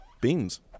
Beans